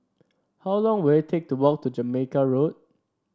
how long will it take to walk to Jamaica Road